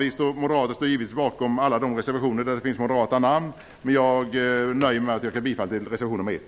Vi moderater står givetvis bakom alla de reservationer där det finns moderata namn bland undertecknarna, men jag nöjer mig med att yrka bifall till reservation nr 1.